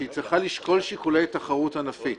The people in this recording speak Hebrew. שהיא צריכה לשקול שיקולי תחרות ענפית